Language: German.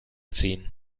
ziehen